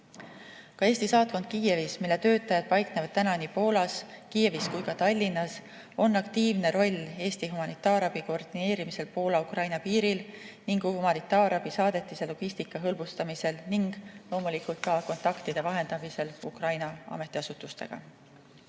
Ka Eesti saatkonnal Kiievis, mille töötajad paiknevad täna nii Poolas, Kiievis kui ka Tallinnas, on aktiivne roll Eesti humanitaarabi koordineerimisel Poola-Ukraina piiril, humanitaarabisaadetiste logistika hõlbustamisel ning loomulikult ka Ukraina ametiasutustega